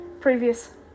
previous